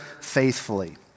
faithfully